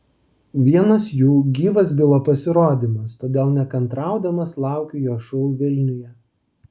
vienas jų gyvas bilo pasirodymas todėl nekantraudamas laukiu jo šou vilniuje